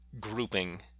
grouping